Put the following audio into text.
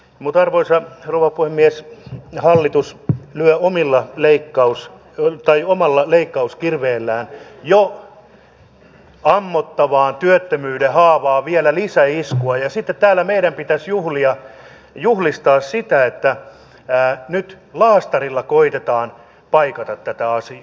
mutta arvoisa rouva puhemies hallitus lyö omalla leikkauskirveellään jo ammottavaan työttömyyden haavaan vielä lisäiskua ja sitten täällä meidän pitäisi juhlistaa sitä että nyt laastarilla koetetaan paikata tätä asiaa